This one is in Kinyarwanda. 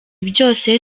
byose